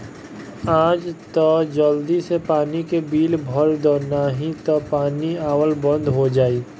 आज तअ जल्दी से पानी के बिल भर दअ नाही तअ पानी आवल बंद हो जाई